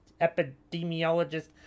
epidemiologist